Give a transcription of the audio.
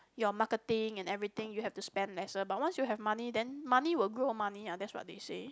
your marketing and everything you have to spend lesser but once you have money then money will grow money ah that's what they say